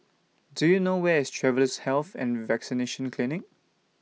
Do YOU know Where IS Travellers' Health and Vaccination Clinic